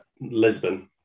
lisbon